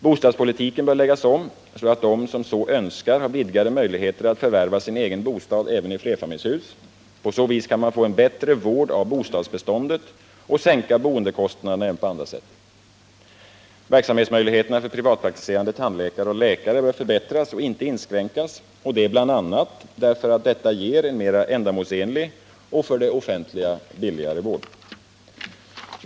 Bostadspolitiken bör läggas om, så att de som så önskar får vidgade möjligheter att förvärva sin egen bostad även i flerfamiljshus. På så vis kan man få en bättre vård av bostadsbeståndet och sänka boendekostnaderna även på andra sätt. Verksamhetsmöjligheterna för privatpraktiserande tandläkare och läkare bör förbättras och inte inskränkas, bl.a. därför att detta ger en mera ändamålsenlig och för det offentliga billigare vård.